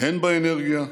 הן באנרגיה,